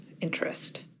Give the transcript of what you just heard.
interest